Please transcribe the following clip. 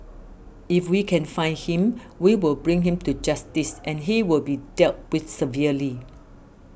if we can find him we will bring him to justice and he will be dealt with severely